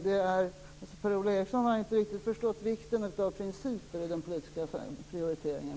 Per-Ola Eriksson har inte riktigt förstått vikten av principer i fråga om politiska prioriteringar.